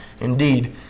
indeed